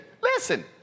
listen